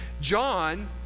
John